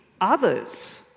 others